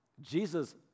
Jesus